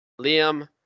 Liam